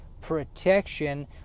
protection